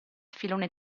filone